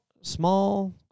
small